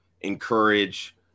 encourage